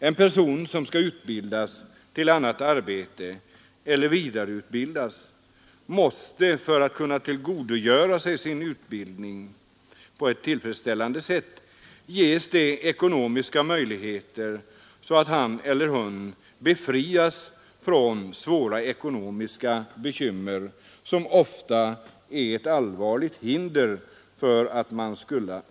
En person som skall utbildas till annat arbete eller vidareutbildas måste för att kunna tillgodogöra sig utbildningen på ett tillfredsställande sätt ges sådana ekonomiska möjligheter att han eller hon befrias från svåra ekonomiska bekymmer, som ofta utgör ett allvarligt hinder. Herr talman!